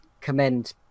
commend